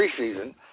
preseason